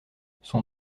son